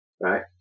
right